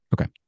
Okay